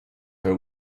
her